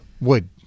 Wood